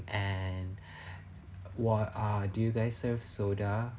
and what are do you guys serve soda